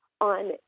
on